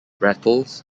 rattles